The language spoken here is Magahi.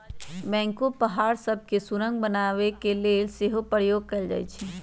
बैकहो पहाड़ सभ में सुरंग बनाने के लेल सेहो प्रयोग कएल जाइ छइ